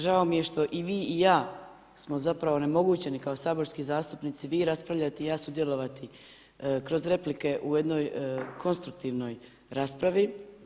Žao mi je što i vi i ja smo zapravo onemogućeni kao saborski zastupnici vi raspravljati i ja sudjelovati kroz replike u jednoj konstruktivnoj raspravi.